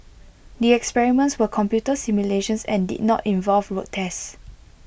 the experiments were computer simulations and did not involve road tests